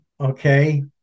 Okay